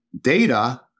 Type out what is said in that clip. data